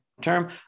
term